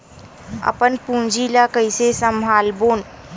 अपन पूंजी ला कइसे संभालबोन?